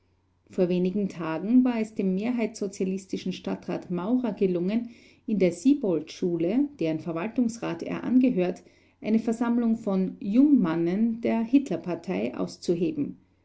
vor wenigen tagen war es dem mehrheitssozialistischen stadtrat maurer gelungen in der siboltschule deren verwaltungsrat er angehört eine versammlung von jungmannen der hitler-partei auszuheben